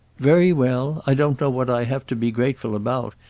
very well i don't know what i have to be grateful about,